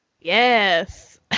Yes